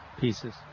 pieces